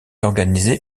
organisé